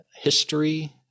history